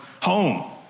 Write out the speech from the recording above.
home